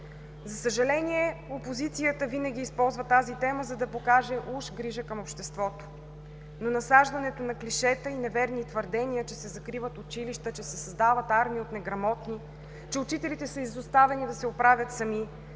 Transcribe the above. За съжаление, опозицията винаги използва тази тема, за да покаже уж грижа към обществото, но насаждането на клишета и неверни твърдения, че се закриват училища, че се създават армии от неграмотни, че учителите са изоставени да се оправят сами,